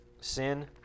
sin